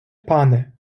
пане